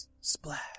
Splash